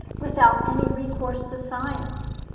without any recourse to science,